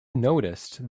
noticed